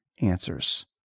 answers